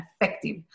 effective